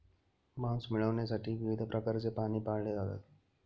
मांस मिळविण्यासाठी विविध प्रकारचे प्राणी पाळले जातात